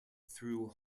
through